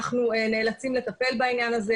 אנחנו נאלצים לטפל בעניין הזה,